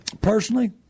personally